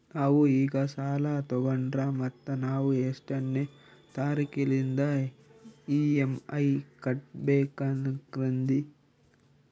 ನಾವು ಈಗ ಸಾಲ ತೊಗೊಂಡ್ರ ಮತ್ತ ನಾವು ಎಷ್ಟನೆ ತಾರೀಖಿಲಿಂದ ಇ.ಎಂ.ಐ ಕಟ್ಬಕಾಗ್ತದ್ರೀ?